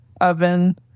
oven